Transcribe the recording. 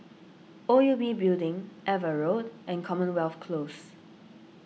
O U B Building Ava Road and Commonwealth Close